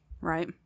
Right